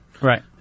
Right